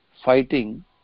fighting